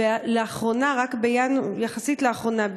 ויחסית לאחרונה,